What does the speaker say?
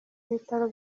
bitaro